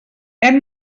hem